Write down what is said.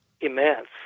immense